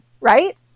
right